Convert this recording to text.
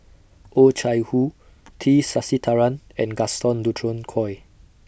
Oh Chai Hoo T Sasitharan and Gaston Dutronquoy